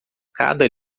cada